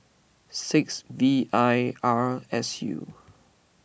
six V I R S U